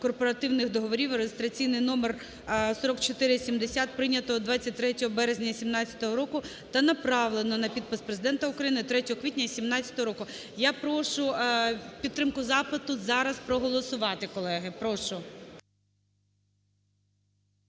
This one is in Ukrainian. корпоративних договорів (реєстраційний номер 4470), прийнятого 23 березня 2017 року та направлено на підпис Президента України 3 квітня 2017 року. Я прошу підтримку запиту зараз проголосувати, колеги, прошу.